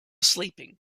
sleeping